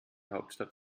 hauptstadt